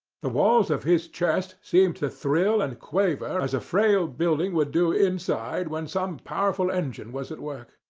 the walls of his chest seemed to thrill and quiver as a frail building would do inside when some powerful engine was at work.